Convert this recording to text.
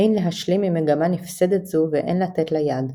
אין להשלים עם מגמה נפסדת זו ואין לתת לה יד",